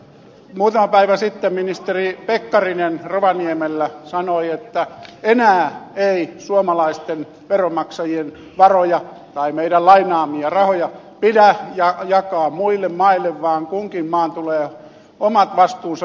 muutama päivä sitten ministeri pekkarinen rovaniemellä sanoi että enää ei suomalaisten veronmaksajien varoja tai meidän lainaamiamme rahoja pidä jakaa muille maille vaan kunkin maan tulee omat vastuunsa itse kantaa